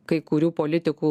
kai kurių politikų